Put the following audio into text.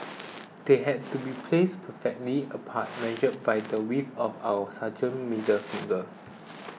they had to be placed perfectly apart measured by the width of our sergeants middle finger